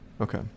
Okay